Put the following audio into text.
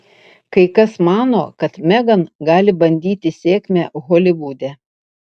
kai kas mano kad megan gali bandyti sėkmę holivude